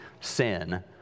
sin